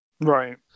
Right